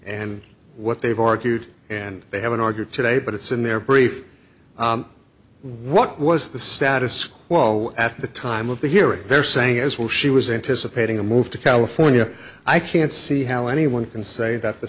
and what they've argued and they haven't argued today but it's in their brief what was the status quo at the time of the hearing they're saying as well she was anticipating a move to california i can't see how anyone can say that the